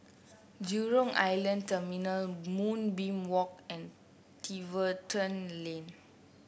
Jurong Island Terminal Moonbeam Walk and Tiverton Lane